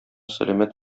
сәламәт